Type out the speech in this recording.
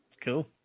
Cool